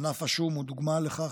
ענף השום הוא דוגמה לכך,